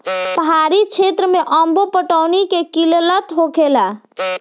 पहाड़ी क्षेत्र मे अब्बो पटौनी के किल्लत होखेला